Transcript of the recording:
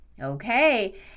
Okay